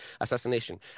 assassination